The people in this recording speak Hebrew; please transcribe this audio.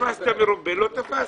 תפסת מרובה לא תפסת.